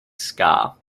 scar